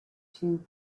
two